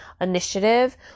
initiative